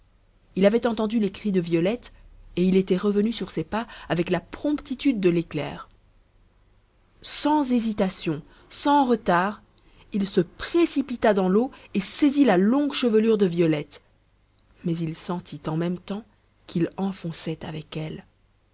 il avait entendu les cris de violette et il était revenu sur ses pas avec la promptitude de l'éclair sans hésitation sans retard il se précipita dans l'eau et saisit la longue chevelure de violette mais il sentit en même temps qu'il enfonçait avec elle